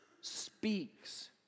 speaks